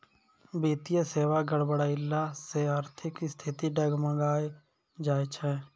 वित्तीय सेबा गड़बड़ैला से आर्थिक स्थिति डगमगाय जाय छै